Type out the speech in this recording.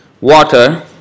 water